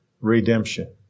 redemption